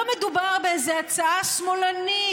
לא מדובר באיזו הצעה שמאלנית,